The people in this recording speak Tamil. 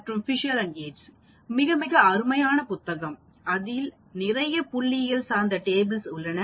மற்றும் Fisher and Yates மிக மிக அருமையான புத்தகம் அதில் நிறைய புள்ளியியல் சார்ந்த டேபிள்ஸ் உள்ளன